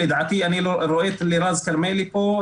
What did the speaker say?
אני רואה את לירז כרמלי פה,